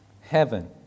heaven